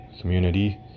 community